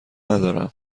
ندارم